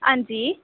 हांजी